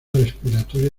respiratoria